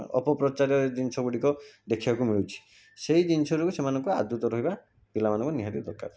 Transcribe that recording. ଅପପ୍ରଚାରରେ ଜିନିଷଗୁଡ଼ିକ ଦେଖିବାକୁ ମିଳୁଛି ସେଇ ଜିନିଷରୁ ସେମାନଙ୍କୁ ଆଦୃତ ରହିବା ପିଲାମାନଙ୍କୁ ନିହାତି ଦରକାର